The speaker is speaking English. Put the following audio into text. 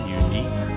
unique